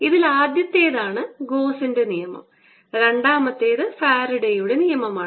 ഇതിൽ ആദ്യത്തേതാണ് ഗോസിന്റെ നിയമം രണ്ടാമത്തേത് ഫാരഡെയുടെ നിയമമാണ്